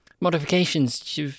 modifications